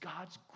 God's